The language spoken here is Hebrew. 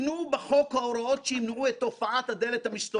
עם ניסיון רלוונטי מהשוק הפרטי לרגולטור,